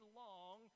long